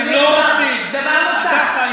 הם לא רוצים דבר נוסף,